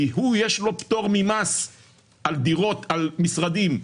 כי הוא יש לו פטור ממס על דירות, על משרדים,